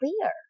clear